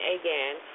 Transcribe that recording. again